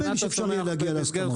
נדמה לי שהצלחנו להגיע להסכמות.